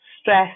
stress